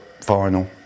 final